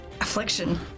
affliction